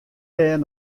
dêr